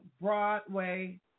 Broadway